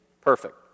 perfect